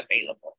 available